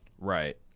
right